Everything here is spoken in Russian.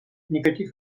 никаких